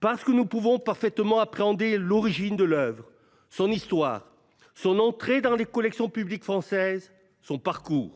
Parce que nous pouvons parfaitement appréhender l'origine de l'œuvre, son histoire, son entrée dans les collections publiques françaises, son parcours.